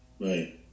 Right